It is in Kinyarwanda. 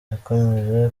yakomeje